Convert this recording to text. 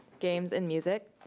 games, and music.